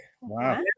Wow